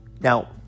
Now